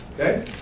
Okay